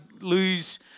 lose